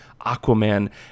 aquaman